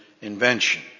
invention